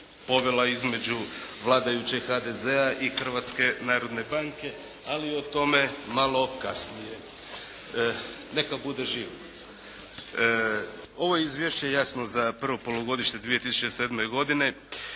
povela između vladajućeg HDZ-a i Hrvatske narodne banke, ali o tome malo kasnije. Neka bude živ. Ovo izvješće, jasno za prvo polugodište 2007. godine,